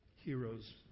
Heroes